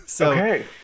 Okay